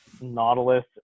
Nautilus